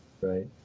right